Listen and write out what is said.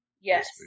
Yes